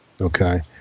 Okay